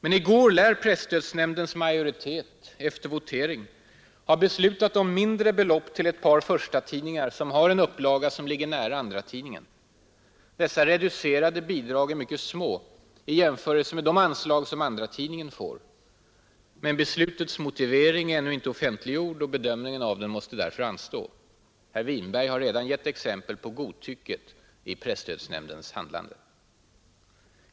Men i går lär presstödsnämndens majoritet efter votering ha beslutat om mindre belopp till ett par förstatidningar, som har en upplaga som ligger nära andratidningens. Dessa reducerade bidrag är mycket små i jämförelse med de anslag som andratidningen får. Men beslutets motivering är ännu inte offentliggjord, och bedömningen av den måste därför anstå. Herr Winberg har redan gett exempel på godtycket i presstödsnämndens handlande.